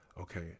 okay